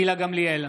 גילה גמליאל,